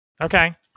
okay